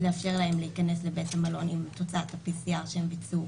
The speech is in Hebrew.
אז לאפשר להם להיכנס לבית המלון עם תוצאת ה-PCR שהם ביצעו,